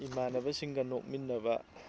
ꯏꯃꯥꯟꯅꯕꯁꯤꯡꯒ ꯅꯣꯛꯃꯤꯟꯅꯕ